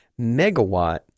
megawatt